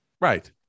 Right